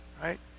right